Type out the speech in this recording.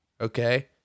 Okay